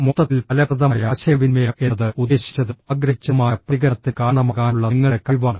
മൊത്തത്തിൽ ഫലപ്രദമായ ആശയവിനിമയം എന്നത് ഉദ്ദേശിച്ചതും ആഗ്രഹിച്ചതുമായ പ്രതികരണത്തിന് കാരണമാകാനുള്ള നിങ്ങളുടെ കഴിവാണ്